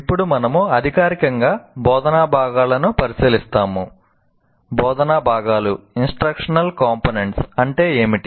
ఇప్పుడు మనము అధికారికంగా బోధనా భాగాలను పరిశీలిస్తాము బోధనా భాగాలు అంటే ఏమిటి